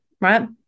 Right